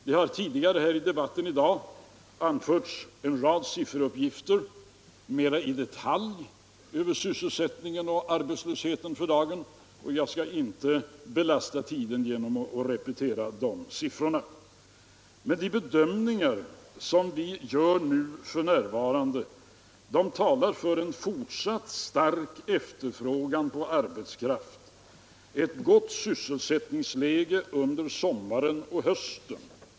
Det har i debatten i dag anförts en rad sifferuppgifter mera i detalj om sysselsättningen och arbetslösheten just nu, och jag skall inte ta upp tiden med att repetera de siffrorna. Men de bedömningar som vi f. n. gör talar för en fortsatt stark efterfrågan på arbetskraft och ett gott sysselsättningsläge under sommaren och hösten.